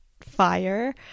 fire